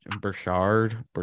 Burchard